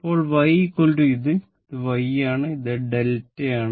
ഇപ്പോൾ y ഇത് y ആണ് ഇത് ഡെൽറ്റയാണ്